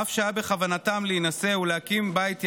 אף שהיה בכוונתם להינשא ולהקים בית יחד,